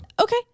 Okay